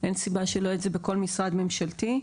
אין סיבה שזה לא יהיה בכל משרד ממשלתי.